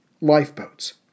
lifeboats